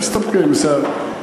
מסתפקים, בסדר.